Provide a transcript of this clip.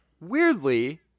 weirdly